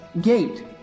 gate